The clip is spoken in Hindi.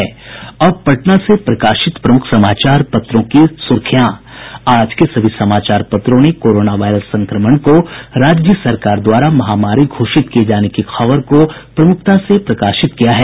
अब पटना से प्रकाशित प्रमुख समाचार पत्रों की सुर्खियां आज के सभी समाचार पत्रों ने कोरोना वायरस संक्रमण को राज्य सरकार द्वारा महामारी घोषित किये जाने की खबर को प्रमुखता से प्रकाशित किया है